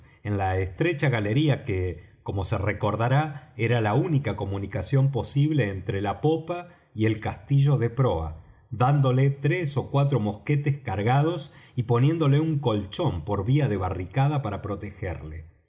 en la estrecha galería que como se recordará era la única comunicación posible entre la popa y el castillo de proa dándole tres ó cuatro mosquetes cargados y poniéndole un colchón por vía de barricada para protegerle